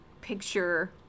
picture